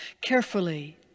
Carefully